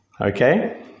Okay